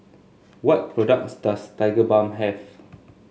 what products does Tigerbalm have